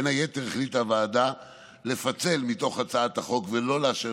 בין היתר החליטה הוועדה לפצל מתוך הצעת החוק ולא לאשר